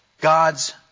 God's